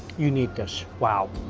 you need this. wow,